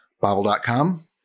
Bible.com